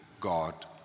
God